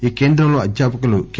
ఈ కేంద్రంలో అధ్యాపకులు కె